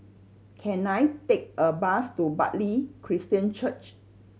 can I take a bus to Bartley Christian Church